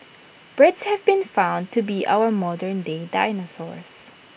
birds have been found to be our modernday dinosaurs